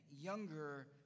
younger